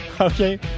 okay